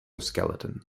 skeleton